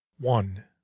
one